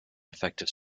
effective